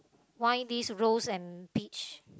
wine this rose and beach